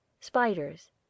Spiders